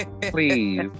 Please